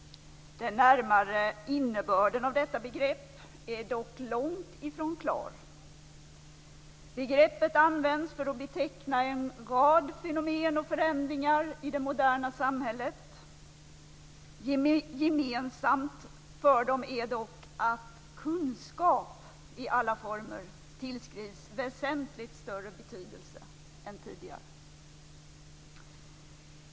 Den närmare innebörden av detta begrepp är dock långtifrån klar. Begreppet används för att beteckna en rad fenomen och förändringar i det moderna samhället. Gemensamt för dem är att kunskap i alla former tillskrivs väsentligt större betydelse än tidigare.